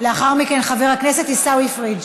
לאחר מכן, חבר הכנסת עיסאווי פריג'.